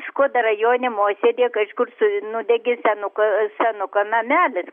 skuodo rajone mosėdyje kažkur su nudegė senuko senuko namelis